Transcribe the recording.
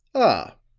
ah,